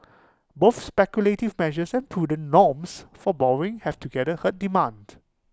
both speculative measures and prudent norms for borrowing have together hurt demand